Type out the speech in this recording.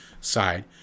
side